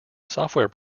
software